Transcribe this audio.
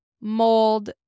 mold